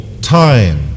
time